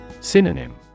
Synonym